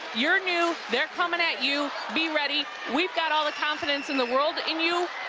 you're new, they're coming at you, be ready. we've got all the confidence in the world in you,